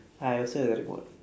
I also very bored